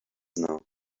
now